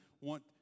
want